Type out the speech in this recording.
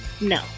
No